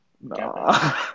No